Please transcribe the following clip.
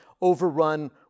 overrun